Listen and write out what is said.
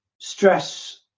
stress